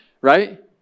right